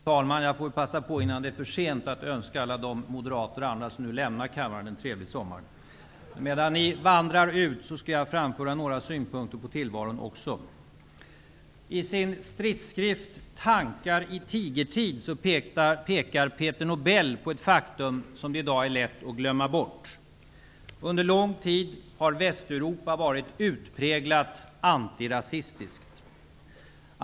Fru talman! Innan det är för sent passar jag på att önska moderater och andra som nu lämnar kammaren en trevlig sommar. Medan ni vandrar ut skall jag framföra några synpunkter på tillvaron. I sin stridsskrift Tankar i tigertid pekar Peter Nobel på ett faktum som det i dag är lätt att glömma bort: Under lång tid har Västeuropa varit utpräglat antirasistiskt.